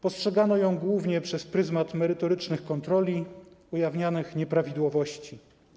Postrzegano ją głównie przez pryzmat merytorycznych kontroli, ujawnianych nieprawidłowości.